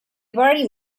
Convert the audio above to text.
very